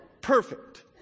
perfect